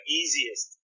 easiest